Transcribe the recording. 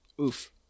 Oof